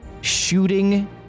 shooting